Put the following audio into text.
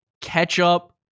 Ketchup